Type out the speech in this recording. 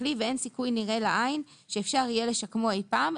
שכלי ואין סיכוי נראה לעין שאפשר יהיה לשקמו אי פעם".